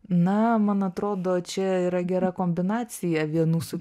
na man atrodo čia yra gera kombinacija vienų su